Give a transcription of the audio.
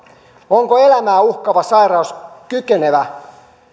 onko elämää uhkaavasti sairas kykenevä